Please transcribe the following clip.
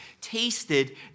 tasted